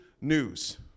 news